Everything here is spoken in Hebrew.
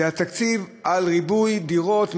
זה התקציב של מס על ריבוי דירות,